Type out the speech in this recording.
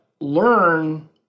learn